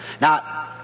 Now